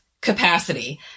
capacity